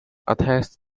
attacks